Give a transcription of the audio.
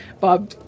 bob